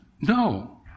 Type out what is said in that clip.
No